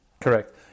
correct